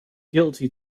guilty